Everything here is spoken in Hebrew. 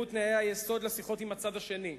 הוגדרו תנאי היסוד לשיחות עם הצד השני: